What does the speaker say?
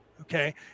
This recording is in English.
Okay